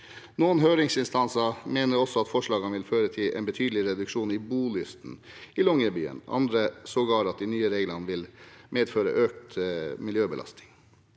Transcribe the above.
Noen høringsinstanser mener også at forslagene vil føre til en betydelig reduksjon i bolysten i Longyearbyen, andre mener sågar at de nye reglene vil medføre økt miljøbelastning.